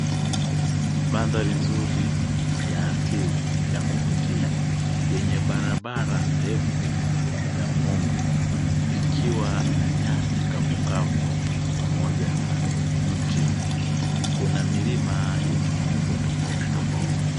Mandhari nzuri ya asili ya kuvutia yenye barabara ndefu ya vumbi ikiwa na nyasi kavukavu pamoja na mti, una milima ya maumbo tofauti tofauti.